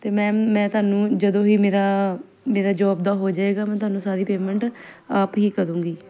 ਅਤੇ ਮੈਮ ਮੈਂ ਤੁਹਾਨੂੰ ਜਦੋਂ ਹੀ ਮੇਰਾ ਮੇਰਾ ਜੋਬ ਦਾ ਹੋ ਜਾਏਗਾ ਮੈਂ ਤੁਹਾਨੂੰ ਸਾਰੀ ਪੇਮੈਂਟ ਆਪ ਹੀ ਕਰੂੰਗੀ